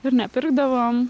ir nepirkdavom